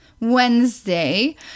Wednesday